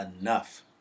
enough